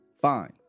fine